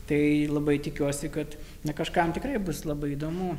tai labai tikiuosi kad na kažkam tikrai bus labai įdomu